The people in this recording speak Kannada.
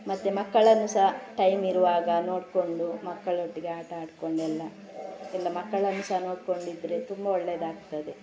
ಮತ್ತು ಮಕ್ಕಳನ್ನು ಸಹ ಟೈಮ್ ಇರುವಾಗ ನೋಡಿಕೊಂಡು ಮಕ್ಕಳೊಟ್ಟಿಗೆ ಆಟ ಆಡಿಕೊಂಡು ಎಲ್ಲ ಮಕ್ಕಳನ್ನು ಸಹ ನೋಡ್ಕೊಂಡು ಇದ್ದರೆ ತುಂಬ ಒಳ್ಳೆಯದಾಗ್ತದೆ